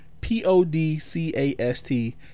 p-o-d-c-a-s-t